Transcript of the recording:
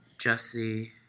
Jesse